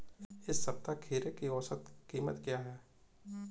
इस सप्ताह खीरे की औसत कीमत क्या है?